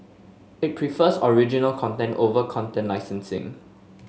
it prefers original content over content licensing